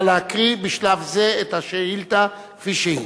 נא להקריא בשלב זה את השאילתא כפי שהיא.